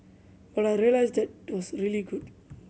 but I realised that it was really good